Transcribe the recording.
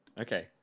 Okay